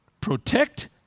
Protect